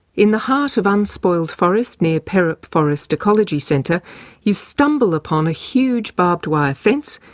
in the heart of unspoiled forest near perup forest ecology centre you stumble upon a huge barbed wire fence,